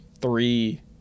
three